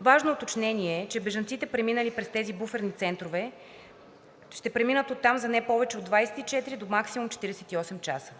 Важно уточнение е, че бежанците, преминали през тези буферни центрове, ще преминат оттам за не повече от 24 до максимум 48 часа.